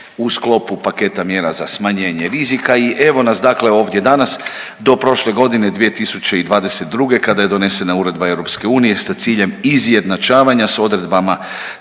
u sklopu paketa mjera za smanjenje rizika i evo nas dakle ovdje danas. Do prošle godine 2022. kada je donesena Uredba EU sa ciljem izjednačavanja s odredbama